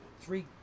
three